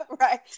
right